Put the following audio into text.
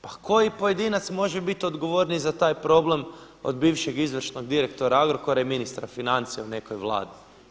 Pa koji pojedinac može biti odgovorniji za taj problem od bivšeg izvršnog direktora Agrokora i ministra financija u nekoj Vladi?